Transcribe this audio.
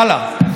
הלאה.